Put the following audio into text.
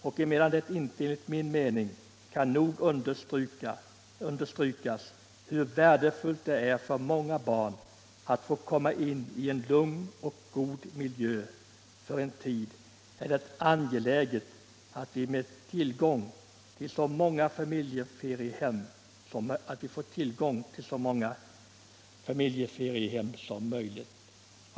Och emedan det inte enligt min mening kan nog understrykas hur värdefullt det är för många barn att få komma i en lugn och god miljö för en tid är det angeläget att vi har tillgång till så många familjeferiehem som möjligt.